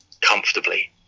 comfortably